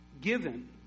given